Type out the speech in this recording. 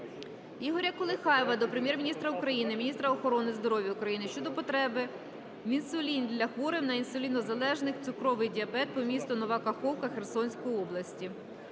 Ігоря Колихаєва до Прем'єр-міністра України, міністра охорони здоров'я України щодо потреби в інсуліні для хворих на інсулінозалежний цукровий діабет по місту Нова Каховка Херсонської області.